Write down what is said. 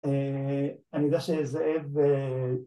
אני יודע שזאב